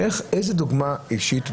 איזה דוגמה אישית,